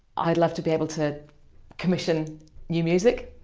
i'd love to be able to commission new music,